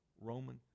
Roman